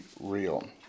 real